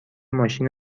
ماشین